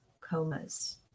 comas